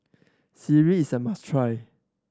sireh is a must try